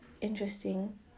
interesting